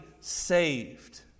saved